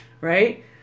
right